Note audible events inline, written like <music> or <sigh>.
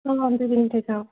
<unintelligible>